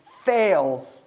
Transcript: fail